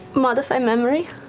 modify memory.